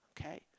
okay